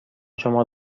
شما